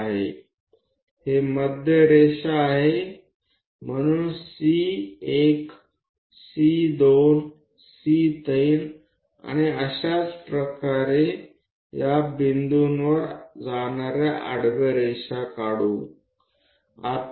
આ કેન્દ્ર લીટીઓ છે તો C1 C2 C3 અને તે રીતે અને આ બિંદુઓમાંથી આડી લીટીઓ દોરો